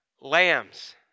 Lambs